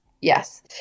Yes